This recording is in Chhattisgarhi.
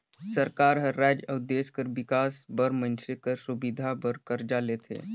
सरकार हर राएज अउ देस कर बिकास बर मइनसे कर सुबिधा बर करजा लेथे